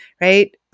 right